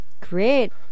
Great